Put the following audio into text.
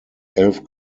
elf